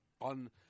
on